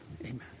Amen